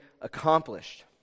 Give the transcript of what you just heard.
accomplished